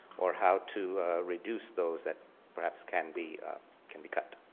or how to reduce those that perhaps can be can be cut.